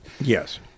Yes